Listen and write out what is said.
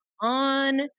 on